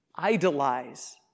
idolize